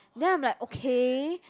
then I'm like okay